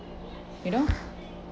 you know